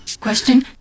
Question